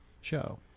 show